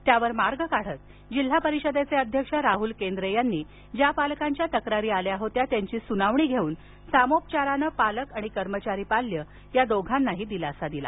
त्यावर मार्ग काढत जिल्हा परिषदेचे अध्यक्ष राहुल केंद्रे यांनी ज्या पालकांच्या तक्ररी आल्या होत्या त्यांची सुनावणी घेउन सामोपचाराने पालक आणि कर्मचारी पाल्य या दोघांना दिलासा दिला